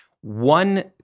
One